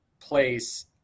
place